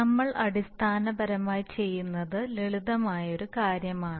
നമ്മൾ അടിസ്ഥാനപരമായി ചെയ്യുന്നത് ലളിതമായ ഒരു കാര്യമാണ്